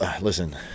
listen